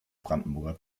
brandenburger